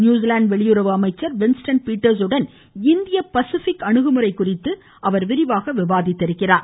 New Zealand வெளியுறவு அமைச்சர் Winston Peters உடன் இந்திய பசுபிக் அணுகுமுறை குறித்து அவர் விரிவாக விவாதித்தார்